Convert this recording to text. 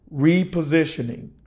repositioning